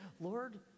Lord